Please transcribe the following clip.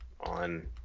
on